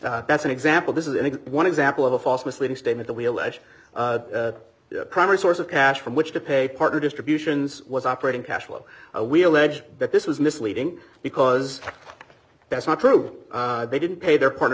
that's an example this isn't one example of a false misleading statement that we allege a primary source of cash from which to pay partner distributions was operating cash flow we alleged that this was misleading because that's not true they didn't pay their partner